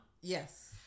Yes